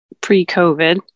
pre-COVID